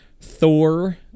thor